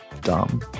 dumb